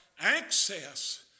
access